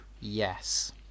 Yes